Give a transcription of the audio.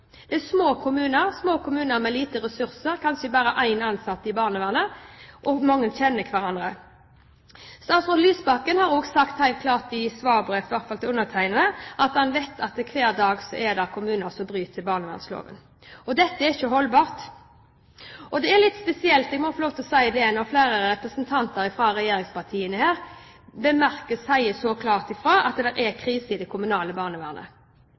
Det er små kommuner med lite ressurser – kanskje med bare én ansatt i barnevernet, og mange kjenner hverandre. Statsråd Lysbakken har også sagt helt klart i et svarbrev til meg at han vet at hver dag er det kommuner som bryter barnevernsloven. Det er ikke holdbart. Det er litt spesielt, det må jeg få lov til å si, når flere representanter fra regjeringspartiene her bemerker og sier så klart at det er krise i det kommunale barnevernet.